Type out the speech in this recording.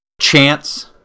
chance